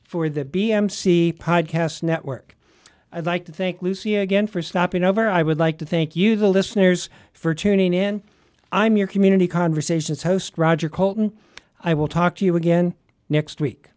for the b m c podcast network i'd like to think lucy again for stopping over i would like to thank you the listeners for tuning in i'm your community conversations host roger colton i will talk to you again next week